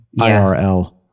irl